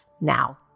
now